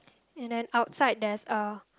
and then outside there's a